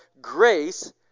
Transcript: grace